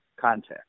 context